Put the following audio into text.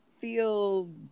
feel